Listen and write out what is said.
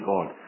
God